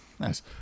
Nice